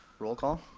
roll call.